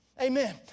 Amen